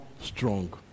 strong